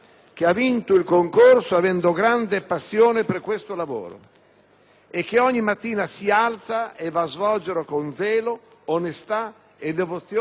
che ogni mattina si alza e va a svolgerlo con zelo, onestà e devozione alle istituzioni repubblicane